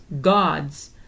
God's